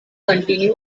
continue